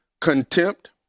contempt